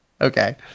Okay